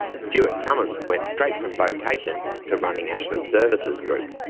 stewart cummins went straight from vocation to running ashley services group.